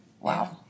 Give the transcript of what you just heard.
Wow